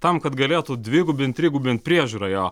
tam kad galėtų dvigubint trigubint priežiūrą jo